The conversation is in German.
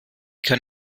kann